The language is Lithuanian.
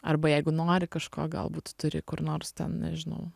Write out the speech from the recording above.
arba jeigu nori kažko galbūt turi kur nors ten nežinau